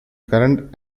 current